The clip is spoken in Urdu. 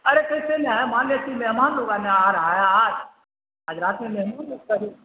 ارے کیسے نہیں ہے مان لیا کہ مہمان لوگ نے آ رہا ہے آج آج رات میں مہمان لوگ کا بھی